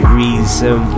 reason